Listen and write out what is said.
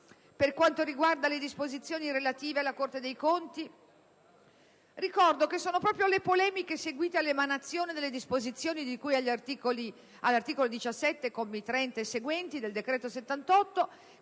Per quanto riguarda le disposizioni relative alla Corte dei conti, ricordo che sono proprio le polemiche seguite all'emanazione delle disposizioni di cui all'articolo 17, commi 30 e seguenti, del decreto-legge